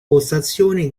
postazioni